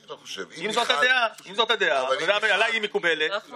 אני חושב שהעברת התוכנית הזאת למועצות